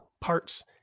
parts